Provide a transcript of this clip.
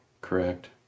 Correct